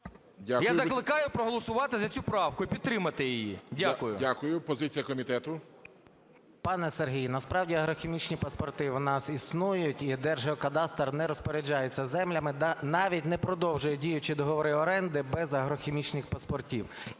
Я закликаю проголосувати за цю правку і підтримати її. Дякую. ГОЛОВУЮЧИЙ. Дякую. Позиція комітету. 13:42:26 СОЛЬСЬКИЙ М.Т. Пане Сергію, насправді агрохімічні паспорти в нас існують, і Держгеокадастр не розпоряджається землями, навіть не продовжує діючі договори оренди без агрохімічних паспортів.